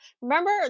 Remember